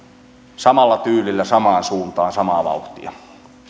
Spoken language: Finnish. samalla tyylillä samaan suuntaan samaa vauhtia